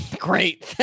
great